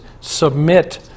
submit